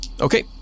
Okay